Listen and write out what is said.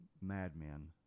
madmen